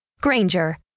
Granger